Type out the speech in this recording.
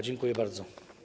Dziękuję bardzo.